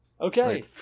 Okay